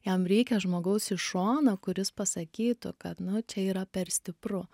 jam reikia žmogaus iš šono kuris pasakytų kad nu čia yra per stipru